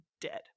dead